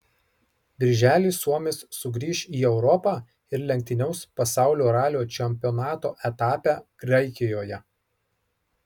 birželį suomis sugrįš į europą ir lenktyniaus pasaulio ralio čempionato etape graikijoje